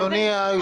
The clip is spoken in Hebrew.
הזאת.